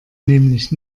nämlich